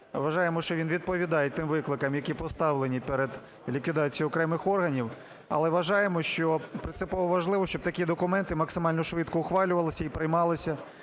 Вважаємо, що він відповідає тим викликам, які поставлені перед ліквідацією окремих органів. Але вважаємо, що принципово важливо, щоб такі документи максимально швидко ухвалювались і приймалися